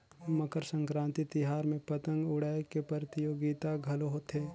मकर संकरांति तिहार में पतंग उड़ाए के परतियोगिता घलो होथे